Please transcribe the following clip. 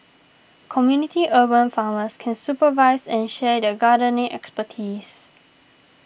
community urban farmers can supervise and share their gardening expertise